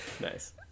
Nice